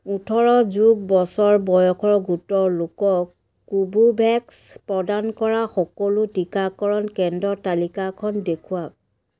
ওঠৰ যোগ বছৰ বয়সৰ গোটৰ লোকক কোভোভেক্স প্ৰদান কৰা সকলো টিকাকৰণ কেন্দ্ৰৰ তালিকাখন দেখুৱাওক